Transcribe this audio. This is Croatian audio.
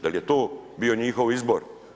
Da li je to bio njihov izbor?